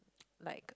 like